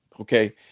Okay